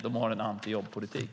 De har en antijobbpolitik.